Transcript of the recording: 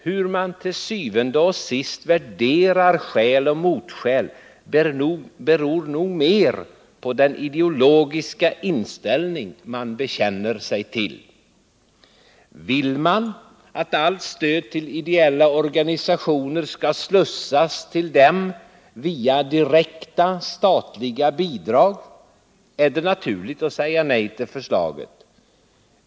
Hur man til syvende og sidst värderar skäl och motskäl beror nog mer på "den ideologiska inställning man bekänner sig till. Vill man att allt stöd till ideella organisationer skall slussas till dem via direkta statliga bidrag är det naturligt att säga nej till förslaget.